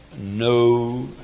No